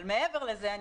אבל מעבר לזה,